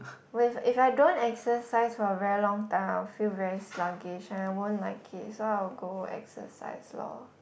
when if I don't exercise for a very long time I'll feel very sluggish and I won't like it so I'll go exercise lor